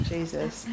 Jesus